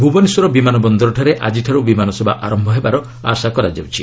ଭୁବନେଶ୍ୱର ବିମାନ ବନ୍ଦରଠାରେ ଆଜିଠାରୁ ବିମାନ ସେବା ଆରମ୍ଭ ହେବାର ଆଶା କରାଯାଉଛି